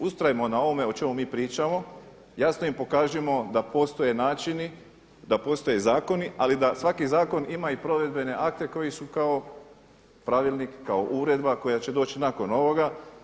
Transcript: Ustrajmo na ovome o čemu mi pričamo, jasno im pokažimo da postoje načini da postoje zakoni, ali da svaki zakon ima i provedbene akte koji su kao pravilnik, kao uredba koja će doći nakon ovoga.